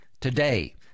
today